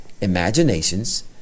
imaginations